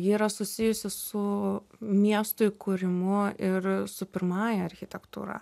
ji yra susijusi su miesto įkūrimu ir su pirmąja architektūra